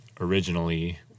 originally